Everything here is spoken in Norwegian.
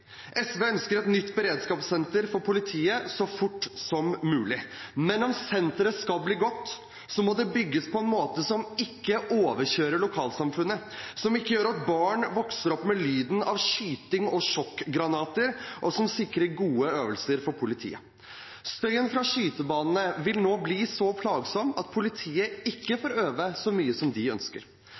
SV ønsker et nytt beredskapssenter for politiet så fort som mulig, men om senteret skal bli godt, må det bygges på en måte som ikke overkjører lokalsamfunnet, som ikke gjør at barn vokser opp med lyden av skyting og sjokkgranater, og som sikrer gode øvelser for politiet. Støyen fra skytebanene vil nå bli så plagsom at politiet ikke får øve så mye som de ønsker.